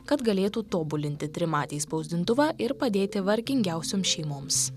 kad galėtų tobulinti trimatį spausdintuvą ir padėti vargingiausioms šeimoms